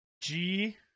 G-